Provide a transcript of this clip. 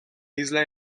isla